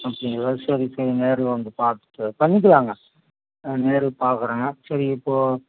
அப்படிங்களா சரி சரி நேரில் வந்து பார்த்துட்டு பண்ணிக்கலாங்க நான் நேரில் பார்க்குறேங்க சரி இப்போது